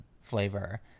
flavor